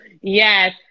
Yes